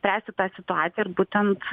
tęsti tą situaciją ir būtent